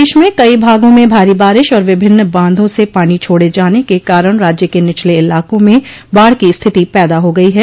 प्रदेश में कई भागों में भारी बारिश और विभिन्न बांधों से पानी छोड़े जाने के कारण राज्य के निचले इलाकों में बाढ़ की स्थिति पैदा हो गई है